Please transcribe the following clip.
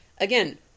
Again